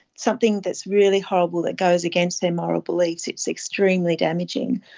something that's really horrible that goes against their moral beliefs, it's extremely damaging.